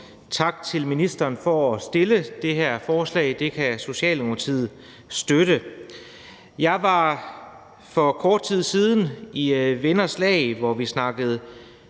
tak til ministeren for at fremsætte det her forslag. Det kan Socialdemokratiet støtte. Jeg var for kort tid siden i venners lag, hvor vi snakkede